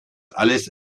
alles